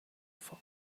fall